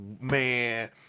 man